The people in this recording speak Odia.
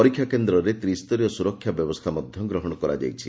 ପରୀକ୍ଷା କେନ୍ଦରେ ତ୍ରିସ୍ଠରୀୟ ସୁରକ୍ଷା ବ୍ୟବସ୍କା ଗ୍ରହଣ କରାଯାଇଛି